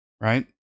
Right